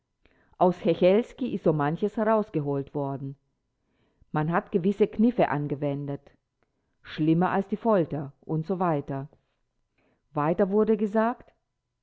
aus hechelski ist so manches herausgeholt worden man hat gewisse kniffe angewendet schlimmer als die folter usw weiter wurde gesagt